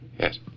Yes